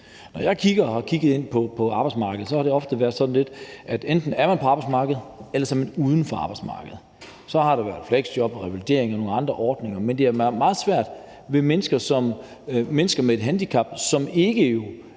på og har kigget på arbejdsmarkedet, ser jeg, at det ofte har været sådan lidt, at enten er man på arbejdsmarkedet, eller også er man uden for arbejdsmarkedet – der er fleksjob, revalidering og andre ordninger, men det er meget svært for mennesker med et handicap, som ikke er på